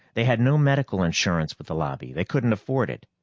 they had no medical insurance with the lobby they couldn't afford it.